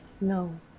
No